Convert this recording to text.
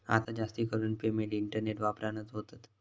आता जास्तीकरून payment internet वापरानच होतत